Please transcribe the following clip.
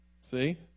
See